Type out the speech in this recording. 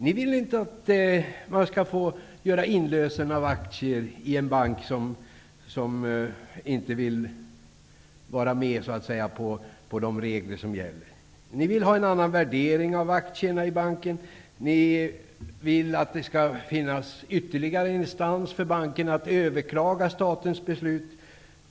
Ni vill inte att man skall få göra inlösen av aktier i en bank som inte vill så att säga vara med på de regler som gäller. Ni vill ha en annan värdering av aktierna i banken. Ni vill att det skall finnas en ytterligare instans där bankerna kan överklaga statens beslut.